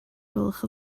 gwelwch